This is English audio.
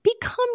become